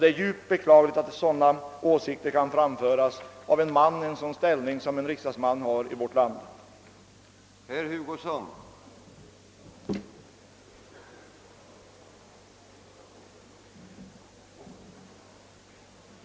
Det är djupt beklagligt att sådana åsikter kan framföras av en person med den ställning som en riksdagsman i vårt land har.